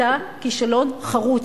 אתה כישלון חרוץ.